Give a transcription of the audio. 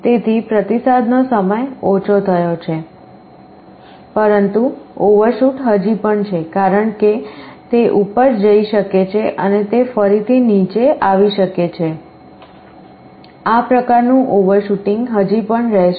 તેથી પ્રતિસાદનો સમય ઓછો થયો છે પરંતુ ઓવરશૂટ હજી પણ છે કારણ કે તે ઉપર જઈ શકે છે અને તે ફરીથી નીચે આવી શકે છે આ પ્રકારનું ઓવરશૂટિંગ હજી પણ રહેશે